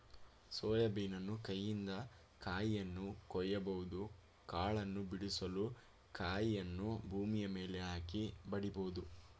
soya ಬೀನನ್ನು ಕೈಯಿಂದ ಕಾಯಿಯನ್ನು ಕೊಯ್ಯಬಹುದು ಕಾಳನ್ನು ಬಿಡಿಸಲು ಕಾಯಿಯನ್ನು ಭೂಮಿಯ ಮೇಲೆ ಹಾಕಿ ಬಡಿಬೋದು